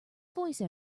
voice